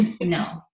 No